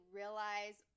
realize